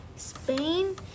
Spain